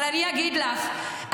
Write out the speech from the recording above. אבל אני אגיד לך,